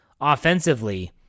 offensively